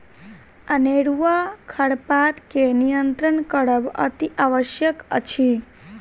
अनेरूआ खरपात के नियंत्रण करब अतिआवश्यक अछि